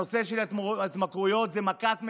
נושא ההתמכרויות זה מכת מדינה,